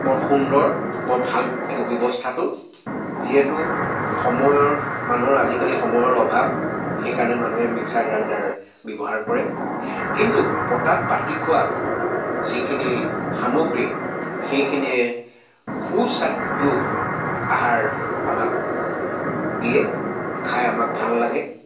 বৰ সুন্দৰ বৰ ভাল এইটো ব্যৱস্থাটো যিহেতু সময়ৰ মানুহৰ আজিকালি সময়ৰ অভাৱ সেইকাৰণে মানুহে মিক্সাৰ গ্ৰাইণ্ডাৰ ব্যৱহাৰ কৰে কিন্তু পতাত বাতি খোৱা যিখিনি সামগ্ৰী সেইখিনিয়ে সুস্বাদ্যু আহাৰ আমাক দিয়ে খাই আমাক ভাল লাগে